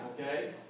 okay